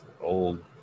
old